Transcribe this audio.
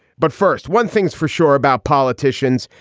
but first, one thing's for sure about politicians,